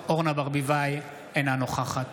ברביבאי, אינה נוכחת